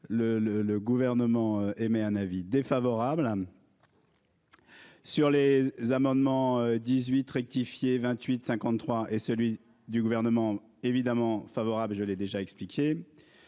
le gouvernement émet un avis défavorable. Sur les amendements 18 rectifier 28 53 et celui du gouvernement évidemment favorable, je l'ai déjà expliqué.